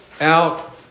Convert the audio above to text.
out